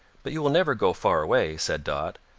but you will never go far away, said dot.